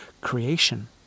creation